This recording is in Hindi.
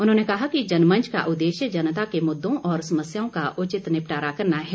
उन्होंने कहा कि जनमंच का उद्देश्य जनता के मुद्दों और समस्याओं का उचित निपटारा करना है